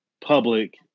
public